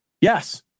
Yes